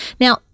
Now-